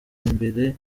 imbere